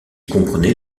comprenait